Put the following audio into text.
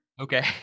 Okay